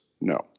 no